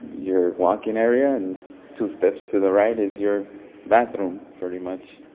your walking area and two steps to the right is your bathroom, pretty much.